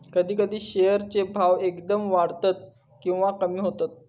कधी कधी शेअर चे भाव एकदम वाढतत किंवा कमी होतत